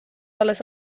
alles